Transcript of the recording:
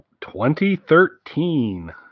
2013